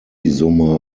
summe